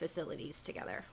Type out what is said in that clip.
facilities together